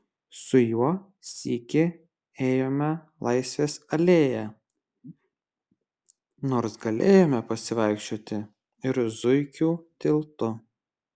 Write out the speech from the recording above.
su juo sykį ėjome laisvės alėja nors galėjome pasivaikščioti ir zuikių tiltu